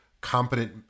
competent